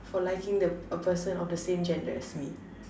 for liking the a person of the same gender as me